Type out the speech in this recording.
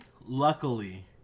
luckily